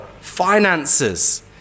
finances